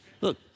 Look